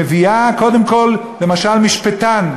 מביאה למשל משפטן,